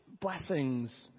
Blessings